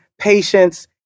patience